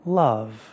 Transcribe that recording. love